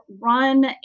run